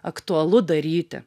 aktualu daryti